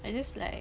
I just like